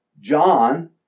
John